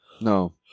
No